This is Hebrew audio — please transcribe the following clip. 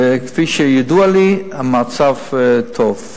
וכפי שידוע לי, המצב טוב.